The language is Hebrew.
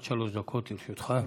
עד שלוש דקות לרשותך.